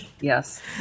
Yes